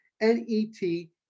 N-E-T